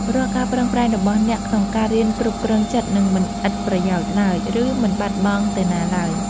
រាល់ការប្រឹងប្រែងរបស់អ្នកក្នុងការរៀនគ្រប់គ្រងចិត្តនឹងមិនឥតប្រយោជន៍ឡើយ ឬ មិនបាត់បង់ទៅណាឡើយ។